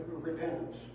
repentance